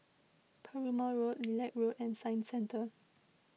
Perumal Road Lilac Road and Science Centre